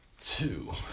two